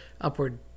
upward